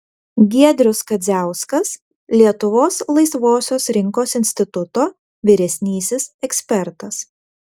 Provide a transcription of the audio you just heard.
giedrius kadziauskas lietuvos laisvosios rinkos instituto vyresnysis ekspertas